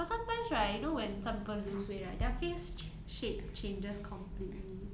but sometimes right you know when some people lose weight right their face shape changes completely